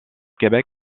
québec